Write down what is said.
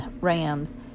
rams